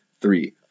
three